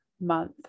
month